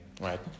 right